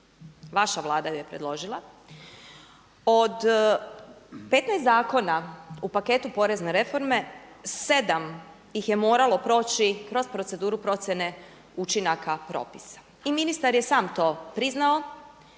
Vaša Vlada ju je predložila. Od 15 zakona u paketu porezne reforme 7 ih je moralo proći kroz proceduru procjene učinaka propisa. I ministar je sam to priznao